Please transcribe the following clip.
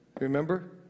Remember